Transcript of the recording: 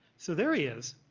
so there he is,